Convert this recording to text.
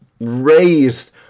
raised